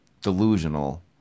Delusional